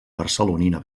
barcelonina